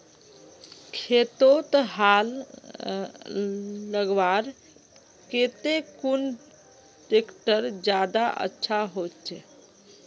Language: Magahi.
खेतोत हाल लगवार केते कुन ट्रैक्टर ज्यादा अच्छा होचए?